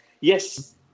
Yes